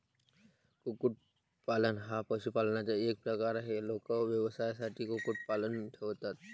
कुक्कुटपालन हा पशुपालनाचा एक प्रकार आहे, लोक व्यवसायासाठी कुक्कुटपालन ठेवतात